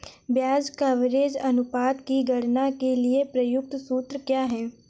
ब्याज कवरेज अनुपात की गणना के लिए प्रयुक्त सूत्र क्या है?